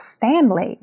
family